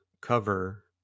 cover